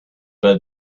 but